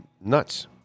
nuts